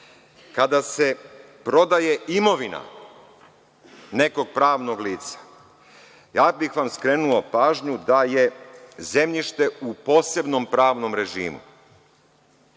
kada se prodaje imovina nekog pravnog lica, ja bih vam skrenuo pažnju da je zemljište u posebnom pravnom režimu.